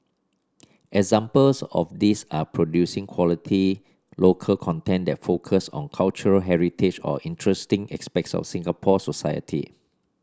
examples of these are producing quality local content that focus on cultural heritage or interesting aspects of Singapore society